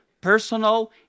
personal